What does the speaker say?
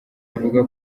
avuga